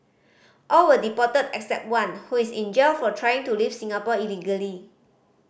all were deported except one who is in jail for trying to leave Singapore illegally